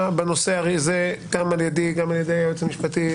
בנושא על ידי ועל ידי היועץ המשפטי,